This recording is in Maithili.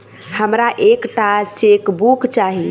हमरा एक टा चेकबुक चाहि